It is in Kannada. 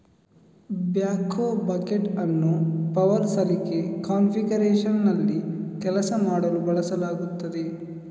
ಬ್ಯಾಕ್ಹೋ ಬಕೆಟ್ ಅನ್ನು ಪವರ್ ಸಲಿಕೆ ಕಾನ್ಫಿಗರೇಶನ್ನಲ್ಲಿ ಕೆಲಸ ಮಾಡಲು ಬಳಸಲಾಗುತ್ತದೆ